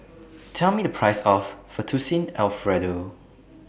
Tell Me The Price of Fettuccine Alfredo